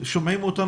שומעים אותנו,